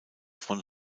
von